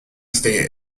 state